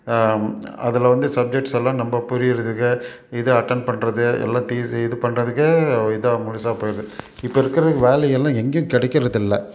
அதில் வந்து சப்ஜெக்ட்ஸ்ஸெல்லாம் நம்ம புரியுறதுக்கு இது அட்டன் பண்ணுறது எல்லா தீஸீ பண்ணுறதுக்கே இதாக முழுசாக போயிடுது இப்போ இருக்கிற வேலையெல்லாம் எங்கேயும் கிடைக்கிறதில்ல